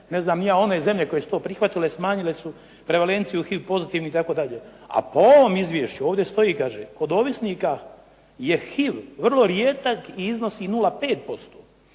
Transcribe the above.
ne znam ni ja one zemlje koje su to prihvatile smanjile su prevenciju HIV pozitivnih itd., a po ovom izvješću ovdje stoji kaže: "kod ovisnika je HIV vrlo rijedak i iznosi 0,5%."